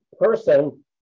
person